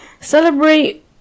celebrate